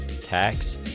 tax